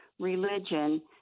religion